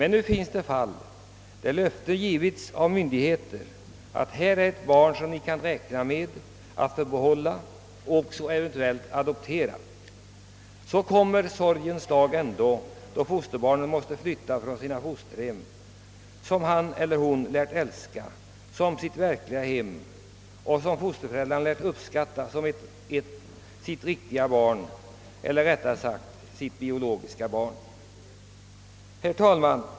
Nu finns det fall där löfte givits av myndigheter, att man kunde räkna med att få behålla och eventuellt adoptera barnet. Så kommer sorgens dag då fosterbarnet måste flytta från sitt kära fosterhem, som han eller hon lärt älska som sitt riktiga hem, där fosterföräldrarna lärt uppskatta barnet som sitt riktiga eller rättare sagt biologiska barn. Herr talman!